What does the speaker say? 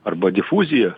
arba difuzija